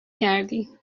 کردی